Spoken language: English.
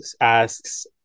asks